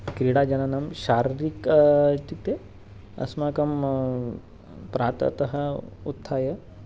क्रीडा जननां शारीरिकम् इत्युक्ते अस्माकं प्राततः उत्थाय